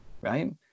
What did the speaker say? Right